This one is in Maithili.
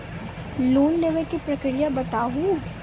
लोन लेवे के प्रक्रिया बताहू?